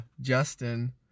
Justin